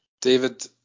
David